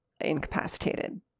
incapacitated